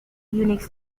unique